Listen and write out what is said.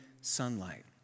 sunlight